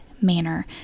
manner